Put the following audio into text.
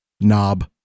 Knob